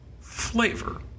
flavor